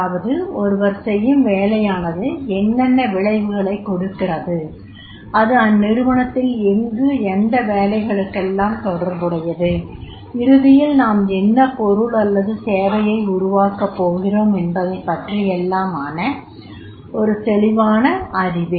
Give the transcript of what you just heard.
அதாவது ஒருவர் செய்யும் வேலையானது என்னென்ன விளைவுகளைக் கொடுக்கிறது அது அந்நிறுவனத்தில் எங்கு எந்த வேலைகளுக்கெல்லாம் தொடர்புடையது இறுதியில் நாம் என்ன பொருள் அல்லது சேவையை உருவாக்கப்போகிறோம் என்பதைப் பற்றியெல்லாமான தெளிவான ஒரு அறிவே